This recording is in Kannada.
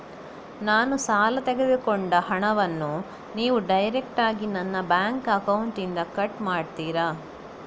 ನಾನು ಸಾಲ ತೆಗೆದುಕೊಂಡ ಹಣವನ್ನು ನೀವು ಡೈರೆಕ್ಟಾಗಿ ನನ್ನ ಬ್ಯಾಂಕ್ ಅಕೌಂಟ್ ಇಂದ ಕಟ್ ಮಾಡ್ತೀರಾ?